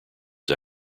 his